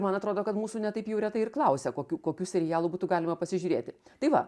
man atrodo kad mūsų ne taip jau retai ir klausia kokių kokių serialų būtų galima pasižiūrėti tai va